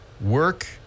work